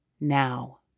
now